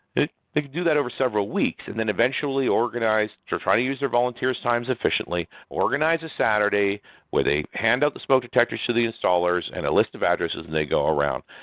they could do that over several weeks, and then eventually organize. they're trying to use their volunteer s times efficiently, organize a saturday where they hand out the smoke detectors to the installers and a list of addresses and they go around.